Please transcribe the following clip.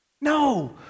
no